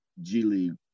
G-League